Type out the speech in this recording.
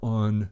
on